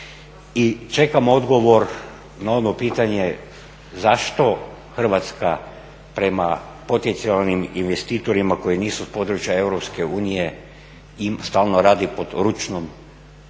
čekam odgovor na ono pitanje zašto Hrvatska prema potencijalnim investitorima koji nisu s područja Europske unije stalno radi pod ručnom